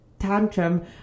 tantrum